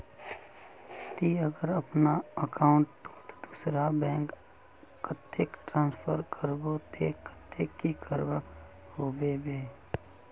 ती अगर अपना अकाउंट तोत दूसरा बैंक कतेक ट्रांसफर करबो ते कतेक की करवा होबे बे?